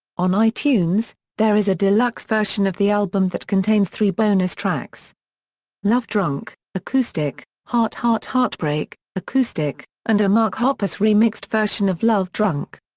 on itunes, there is a deluxe version of the album that contains three bonus tracks love drunk acoustic, heart heart heartbreak acoustic and a mark hoppus remixed version of love drunk.